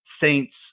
saints